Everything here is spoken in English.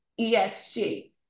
ESG